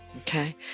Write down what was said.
Okay